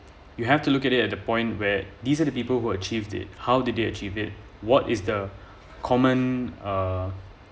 you have to look at it at the point where these are the people who achieved it how did they achieve it what is the common uh